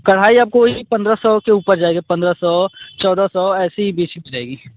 कढ़ाई आपको वो ही पंद्रह सौ के ऊपर ही जाएगी पंद्रह सौ चौदह सौ ऐसे ही बीच में रहेगी